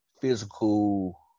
physical